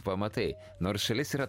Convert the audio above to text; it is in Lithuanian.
pamatai nors šalis yra